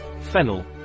fennel